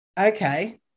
okay